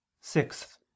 Sixth